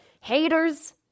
haters